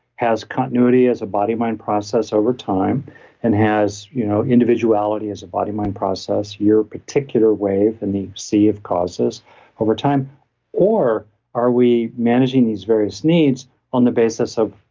has continuity as a body mind process over time and has you know individuality as a body mind process, your particular wave in the sea of causes over time or are we managing these various needs on the basis of,